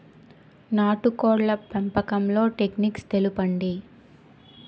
నాటుకోడ్ల పెంపకంలో టెక్నిక్స్ తెలుపండి?